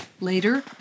Later